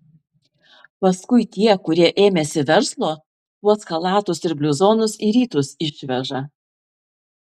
paskui tie kurie ėmėsi verslo tuos chalatus ir bliuzonus į rytus išveža